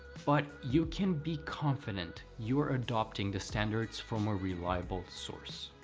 but you can be confident you are adopting the standards from a reliable source.